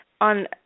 on